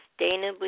sustainably